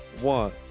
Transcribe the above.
One